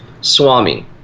Swami